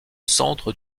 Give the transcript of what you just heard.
centre